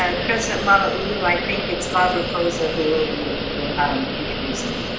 ah president malauula, i think it's bob rapoza who will be um introducing them.